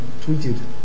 tweeted